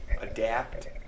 Adapt